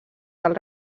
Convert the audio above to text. del